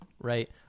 Right